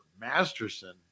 Masterson